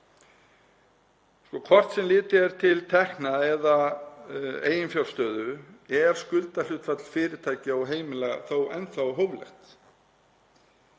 Hvort sem litið er til tekna eða eiginfjárstöðu er skuldahlutfall fyrirtækja og heimila þó enn þá hóflegt.